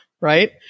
right